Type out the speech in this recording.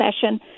session